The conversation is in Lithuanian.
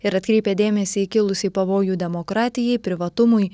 ir atkreipia dėmesį į kilusį pavojų demokratijai privatumui